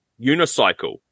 unicycle